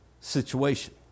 situation